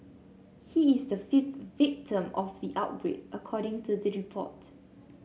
he is the fifth victim of the outbreak according to the report